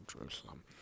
Jerusalem